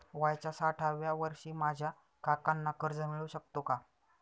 वयाच्या साठाव्या वर्षी माझ्या काकांना कर्ज मिळू शकतो का?